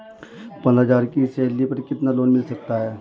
पंद्रह हज़ार की सैलरी पर कितना लोन मिल सकता है?